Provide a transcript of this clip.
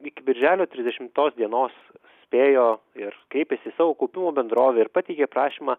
iki birželio trisdešimtos dienos spėjo ir kreipėsi į savo kaupimo bendrovę ir pateikė prašymą